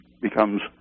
becomes